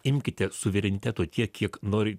imkite suvereniteto tiek kiek nori